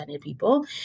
people